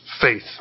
faith